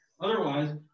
Otherwise